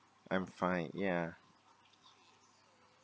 I'm fine yeah